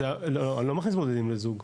לא, אני לא מכניס בודדים לזוג.